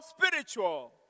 spiritual